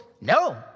No